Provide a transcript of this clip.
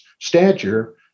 stature